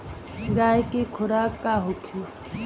गाय के खुराक का होखे?